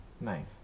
Nice